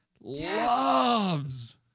loves